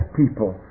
people